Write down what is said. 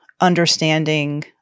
understanding